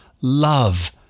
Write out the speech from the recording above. Love